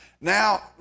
now